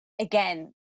again